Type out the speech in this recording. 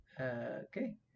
okay